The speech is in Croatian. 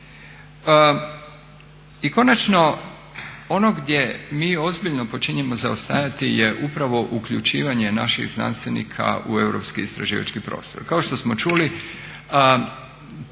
I konačno ono gdje mi ozbiljno počinjemo zaostajati je upravo uključivanje naših znanstvenika u europski istraživački prostor.